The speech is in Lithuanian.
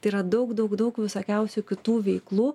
tai yra daug daug daug visokiausių kitų veiklų